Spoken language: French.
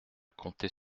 comptait